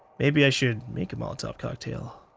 maybe i should make a molotov cocktail.